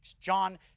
John